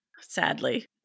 Sadly